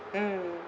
mm